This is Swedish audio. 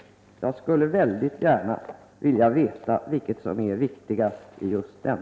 Jag skulle väldigt gärna vilja veta vilket som är viktigast i just den frågan.